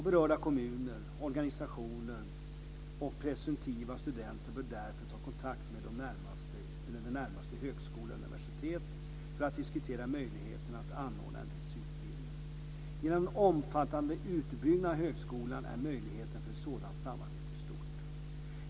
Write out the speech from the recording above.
Berörda kommuner, organisationer och presumtiva studenter bör därför ta kontakt med närmaste högskola eller universitet för att diskutera möjligheterna att anordna en viss utbildning. Genom den omfattande utbyggnaden av högskolan är möjligheten för ett sådant samarbete stort.